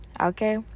Okay